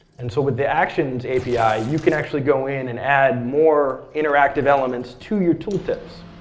and so with the actions api, you can actually go in and add more interactive elements to your tool tips.